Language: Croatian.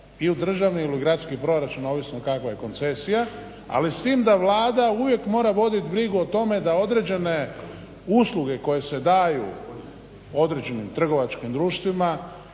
ili u državni ili u gradski proračun ovisno kakva je koncesija, ali s tim da Vlada uvijek mora vodit brigu o tome da određene usluge koje se daju određenim trgovačkim društvima